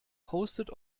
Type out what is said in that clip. hostet